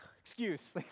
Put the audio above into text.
Excuse